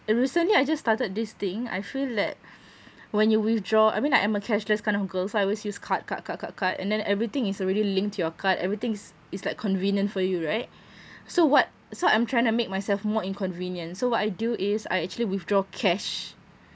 eh recently I just started this thing I feel that when you withdraw I mean like I'm a cashless kind of girls so I always use card card card card card and then everything is already linked to your card everything's is like convenient for you right so what so I'm tryna make myself more inconvenient so what I do is I actually withdraw cash